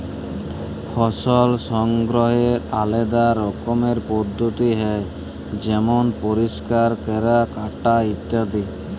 ফসল সংগ্রহলের আলেদা রকমের পদ্ধতি হ্যয় যেমল পরিষ্কার ক্যরা, কাটা ইত্যাদি